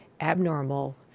abnormal